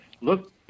Look